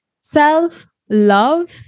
Self-love